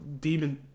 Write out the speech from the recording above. Demon